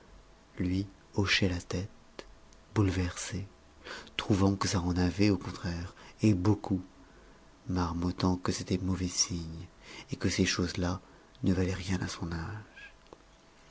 lui hochait la tête bouleversé trouvant que ça en avait au contraire et beaucoup marmottant que c'était mauvais signe et que ces choses-là ne valaient rien à son âge